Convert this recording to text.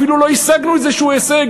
אפילו לא השגנו איזשהו הישג,